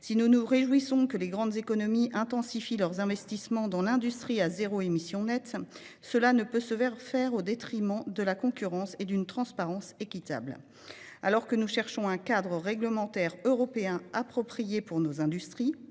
Si nous nous réjouissons que les grandes économies intensifient leurs investissements dans l'industrie à zéro émission nette, cela ne peut se faire au détriment d'une concurrence équitable et transparente. Alors que nous cherchons un cadre réglementaire européen approprié pour nos industries,